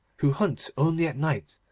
who hunt only at night,